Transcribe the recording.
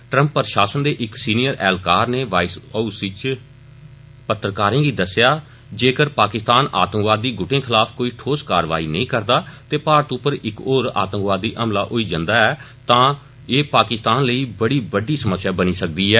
Trump प्रशासन द इक सीनियर एहलकार न वाईस हाउस च पत्रकारें गी दस्सष्ठा जक्कर पाकिस्तान आतक्वादी ग्र्टें खलाफ कोई ठोस कारवाई नेंई करदा त भारत उप्पर इक होर आतक्ववादी हमला होई जन्दा ऐ ता ए पाकिस्तान लई बड़ी बड़डी समस्या बनी सकदी ऐ